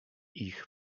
ich